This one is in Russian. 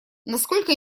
насколько